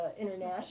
international